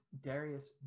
darius